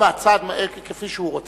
או מהצד, כפי שהוא רוצה.